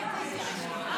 אני באמת הייתי רשומה.